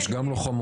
יש גם לוחמות.